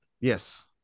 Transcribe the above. Yes